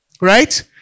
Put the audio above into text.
right